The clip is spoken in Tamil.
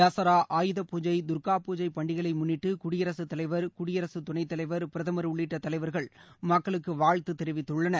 தசரா ஆயுதபூஜை தர்கா பூஜை பண்டிகைகளை முன்னிட்டு குடியரசுத் தலைவர் குடியரசு துணைத்தலைவர் பிரதமர் உள்ளிட்ட தலைவர்கள் மக்களுக்கு வாழ்த்து தெரிவித்துள்ளனர்